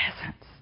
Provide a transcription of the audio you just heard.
presence